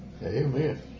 Amen